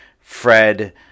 Fred